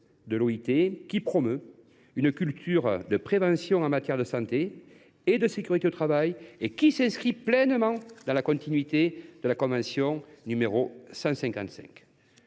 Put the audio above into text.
de l’OIT, qui promeut une culture de prévention en matière de santé et de sécurité au travail et qui s’inscrit pleinement dans la continuité de la convention n° 155.